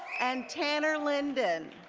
and tanner lyndon.